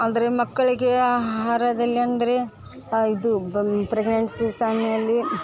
ಅಂದರೆ ಮಕ್ಕಳಿಗೆ ಆಹಾರದಲ್ಲಿ ಅಂದರೆ ಇದು ಬ ಪ್ರಗ್ನೆನ್ಸಿ ಸಮ್ಯದಲ್ಲಿ